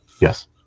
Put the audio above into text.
Yes